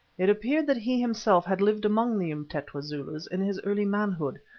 it appeared that he himself had lived among the umtetwa zulus in his earlier manhood,